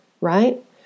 right